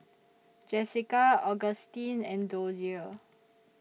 Jessika Augustine and Dozier